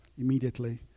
Immediately